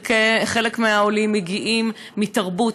חלק מהעולים מגיעים מתרבות,